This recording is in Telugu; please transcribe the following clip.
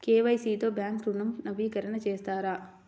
కే.వై.సి తో బ్యాంక్ ఋణం నవీకరణ చేస్తారా?